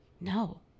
No